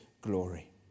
glory